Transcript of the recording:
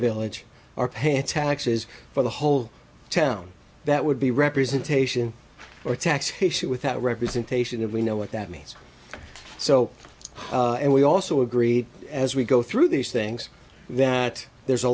village are paying taxes for the whole town that would be representation or tax haitian with that representation of we know what that means so and we also agree as we go through these things that there's a